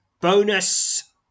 Bonus